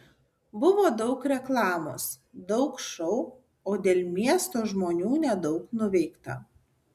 buvo daug reklamos daug šou o dėl miesto žmonių nedaug nuveikta